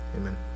amen